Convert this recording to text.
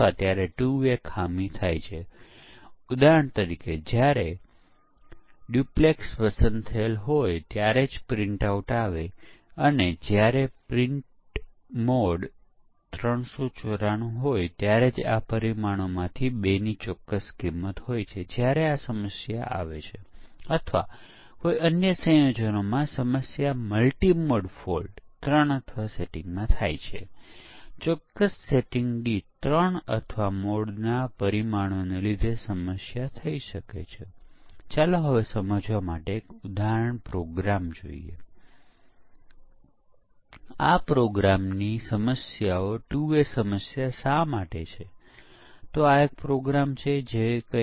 કેટલીક સુવિધાઓ ખૂબ જ વધુ ઉપયોગમાં લેવામાં આવે છે ઉદાહરણ તરીકે લાઇબ્રેરી સોફ્ટવેરમાં બુક ઇશ્યૂ અને બુક રીટર્ન એ સુવિધાઓ છે જેનો વધુ ઉપયોગ કરવામાં આવે છે પરંતુ બુક લોસ્ટ રિપોર્ટ ફિચર એટલા ઉપયોગમાં ન આવી શકે ખોવાયેલ પુસ્તકની જાણ કરવી એ બુક ઇશ્યૂ અને બુક રીટર્નની તુલનામાં ખૂબ ઉપયોગમાં નહીં આવે